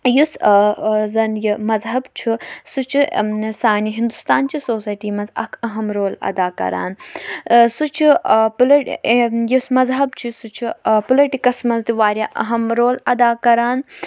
یُس زَن یہِ مذہب چھُ سُہ چھُ سانہِ ہِندُستانچہِ سوسایٹی منٛز اَکھ اَہَم رول اَدا کَران سُہ چھُ یُس مَذہَب چھُ سُہ چھُ پُلٹِکَس منٛز تہِ واریاہ اَہَم رول اَدا کَران